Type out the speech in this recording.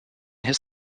his